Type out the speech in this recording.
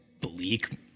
bleak